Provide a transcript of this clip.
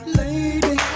lady